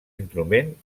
instrument